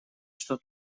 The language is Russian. что